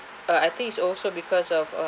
err I think it's also because of uh